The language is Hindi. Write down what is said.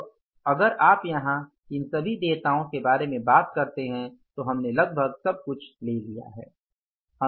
तो अगर आप यहाँ इन सभी देयताओं के बारे में बात करते हैं तो हमने लगभग सब कुछ ले लिया है